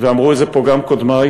ואמרו את זה פה גם קודמי: